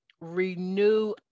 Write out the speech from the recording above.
renew